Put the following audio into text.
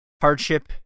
hardship